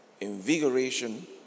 invigoration